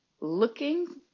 looking